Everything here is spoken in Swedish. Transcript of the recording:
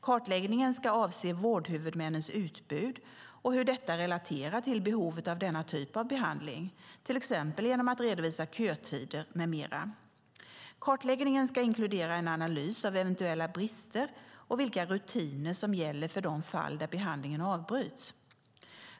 Kartläggningen ska avse vårdhuvudmännens utbud och hur detta relaterar till behovet av denna typ av behandling, till exempel genom att redovisa kötider med mera. Kartläggningen ska inkludera en analys av eventuella brister och vilka rutiner som gäller för de fall där behandlingen avbryts.